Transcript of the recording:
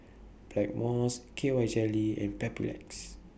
Blackmores K Y Jelly and Papulex